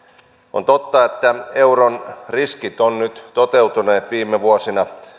on totta että euron riskit ovat nyt toteutuneet viime vuosina